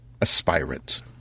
aspirant